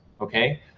okay